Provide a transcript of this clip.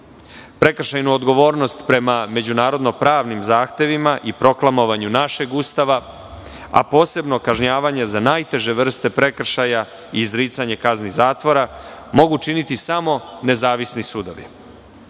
Prekršajnu odgovornost prema međunarodno pravnim zahtevima i proklamovanju našeg Ustava, a posebno kažnjavanje za najteže vrste prekršaja i izricanja kazni zatvora mogu učiniti samo nezavisni sudovi.